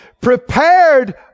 prepared